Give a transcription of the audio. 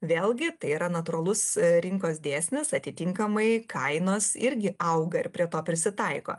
vėlgi tai yra natūralus rinkos dėsnis atitinkamai kainos irgi auga ir prie to prisitaiko